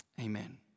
Amen